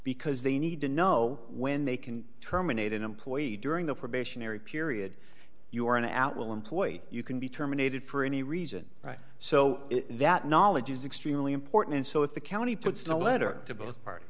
because they need to know when they can terminate an employee during the probationary period you are an at will employee you can be terminated for any reason right so that knowledge is extremely important and so if the county puts in a letter to both parties